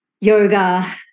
yoga